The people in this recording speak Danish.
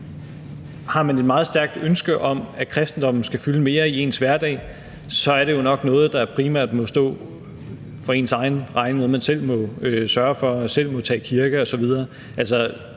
Har man et meget stærkt ønske om, at kristendommen skal fylde mere i ens hverdag, så er det jo nok noget, der primært må stå for ens egen regning, noget, man selv må sørge for, og hvor man selv må tage i kirke osv.